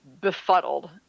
befuddled